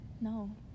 No